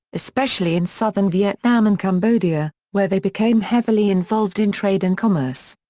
especially in southern vietnam and cambodia, where they became heavily involved in trade and commerce.